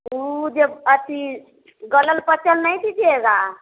वह जे अथी गलल पचल नहीं दीजिएगा